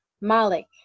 Malik